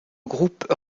groupe